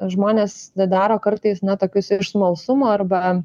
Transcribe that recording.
žmonės tai daro kartais ne tokius iš smalsumo arba